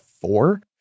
four